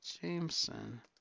Jameson